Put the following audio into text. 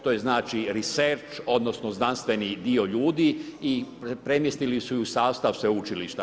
To znači … odnosno, znanstveni dio ljudi i premjestili su uje u sastav sveučilišta.